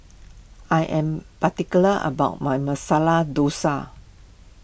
I am particular about my Masala Dosa